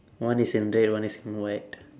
one is in red one is in white